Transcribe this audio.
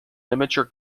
amateur